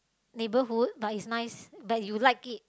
neighbourhood but is nice but you like it